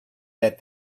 that